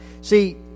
See